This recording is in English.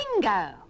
Bingo